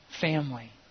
Family